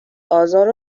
آزار